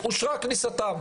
אושרה כניסתם.